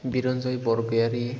बिरन्जय बरगयारि